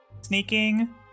sneaking